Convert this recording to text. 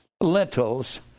lentils